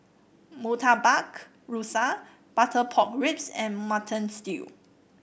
Murtabak Rusa Butter Pork Ribs and Mutton Stew